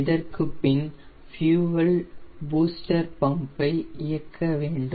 இதற்குப்பின் fuel booster pump ஐ இயக்க வேண்டும்